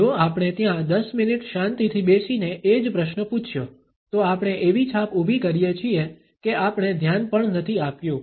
જો આપણે ત્યાં દસ મિનિટ શાંતિથી બેસીને એ જ પ્રશ્ન પૂછ્યો તો આપણે એવી છાપ ઊભી કરીએ છીએ કે આપણે ધ્યાન પણ નથી આપ્યું